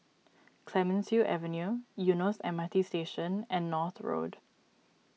Clemenceau Avenue Eunos M R T Station and North Road